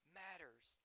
matters